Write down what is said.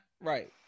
Right